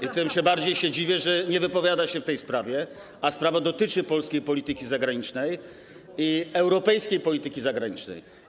I tym bardziej się dziwię, że nie wypowiada się w tej sprawie, a sprawa dotyczy polskiej polityki zagranicznej i europejskiej polityki zagranicznej.